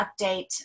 update